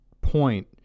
point